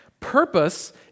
Purpose